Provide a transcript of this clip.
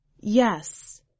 Yes